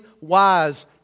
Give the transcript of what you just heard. wise